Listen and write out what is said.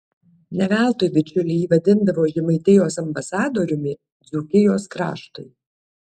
ne veltui bičiuliai jį vadindavo žemaitijos ambasadoriumi dzūkijos kraštui